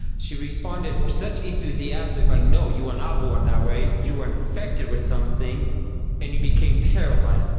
she responded with such enthusiasm, like, no, you were not born that way, you were infected with something and you became paralysed.